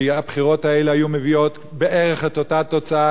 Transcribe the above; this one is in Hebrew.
כי הבחירות האלה היו מביאות בערך את אותה תוצאה.